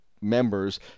members